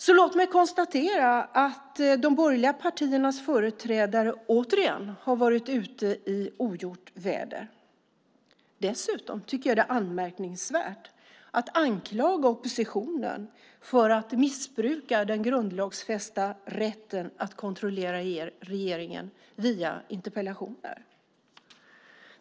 Så låt mig konstatera att de borgerliga partiernas företrädare återigen har varit ute i ogjort väder. Dessutom tycker jag att det är anmärkningsvärt att anklaga oppositionen för att missbruka den grundlagsfästa rätten att kontrollera regeringen via interpellationer.